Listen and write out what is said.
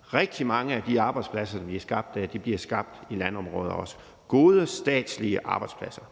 og rigtig mange af de arbejdspladser, der bliver skabt der, bliver også skabt i landområder; gode statslige arbejdspladser.